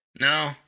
No